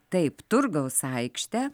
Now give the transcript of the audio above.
taip turgaus aikštę